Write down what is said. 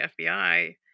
FBI